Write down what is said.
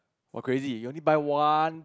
what crazy you only buy one